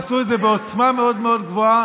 עשו את זה בעוצמה מאוד מאוד גבוהה,